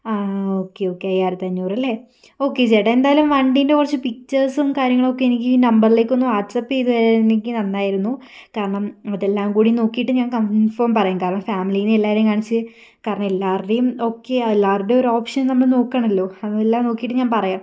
ആ okay okay അയ്യായിരത്തി അഞ്ഞൂറ് അല്ലേ ഓക്കെ ചേട്ടാ എന്തായാലും വണ്ടിൻ്റെ കുറച്ച് പിക്ചർസും കാര്യങ്ങളൊക്കെ എനിക്ക് ഈ നമ്പറിലേക്ക് ഒന്ന് വാട്സ്ആപ്പ് ചെയ്തു തരാണെങ്കിൽ നന്നായിരുന്നു കാരണം അതെല്ലാം കൂടി നോക്കിയിട്ട് ഞാൻ കൺഫോം പറയാം കാരണം ഫാമിലിയിൽ എല്ലാവരെയും കാണിച്ച് കാരണം എല്ലാവരുടെയും ഒക്കെ എല്ലാവരുടെയും ഒരു ഓപ്ഷൻ നമ്മൾ നോക്കണല്ലോ അതെല്ലാം നോക്കിയിട്ട് ഞാൻ പറയാം